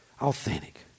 Authentic